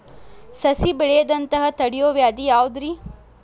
ಸಸಿ ಬೆಳೆಯದಂತ ತಡಿಯೋ ವ್ಯಾಧಿ ಯಾವುದು ರಿ?